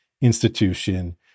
institution